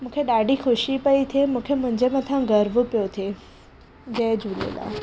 मूंखे ॾाढी ख़ुशी पई थिए मूंखे मुंहिंजे मथां गर्व पियो थिए जय झूलेलाल